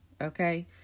okay